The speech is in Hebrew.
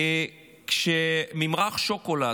כשממרח שוקולד,